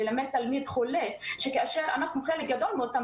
ללמד תלמיד חולה כאשר בחלק גדול מאותם